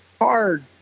hard